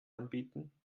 anbieten